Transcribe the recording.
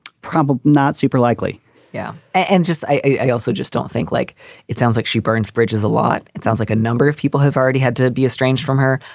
probably not super likely yeah. and just i also just don't think like it sounds like she burns bridges a lot. it sounds like a number of people have already had to be estranged from her.